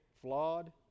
Flawed